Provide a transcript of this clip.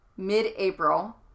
Mid-April